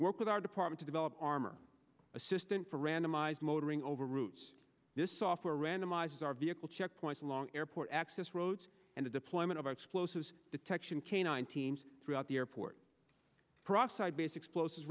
work with our department to develop armor assistant for randomized motoring over routes this software randomizes are vehicle checkpoints along airport access roads and the deployment of our explosive detection canine teams throughout the airport peroxide based explosives